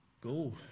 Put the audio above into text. Go